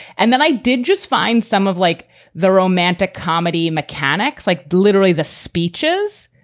and then i did just find some of like the romantic comedy mechanics, like literally the speeches.